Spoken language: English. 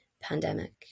pandemic